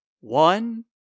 one